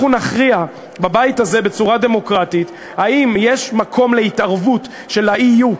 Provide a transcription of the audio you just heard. אנחנו נכריע בבית הזה בצורה דמוקרטית אם יש מקום להתערבות של ה-EU,